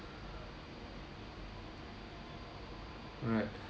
alright